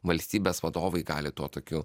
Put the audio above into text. valstybės vadovai gali tuo tokiu